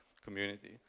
community